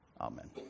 Amen